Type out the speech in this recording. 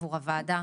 עבור הוועדה,